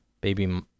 Baby